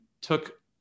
took